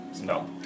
No